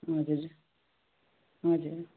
हजुर हजुर